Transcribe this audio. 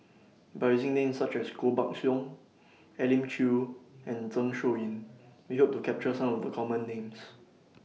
By using Names such as Koh Buck Song Elim Chew and Zeng Shouyin We Hope to capture Some of The Common Names